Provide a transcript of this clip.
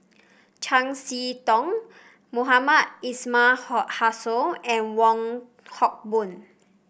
Chiam See Tong Mohamed Ismail Hussain and Wong Hock Boon